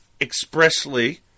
expressly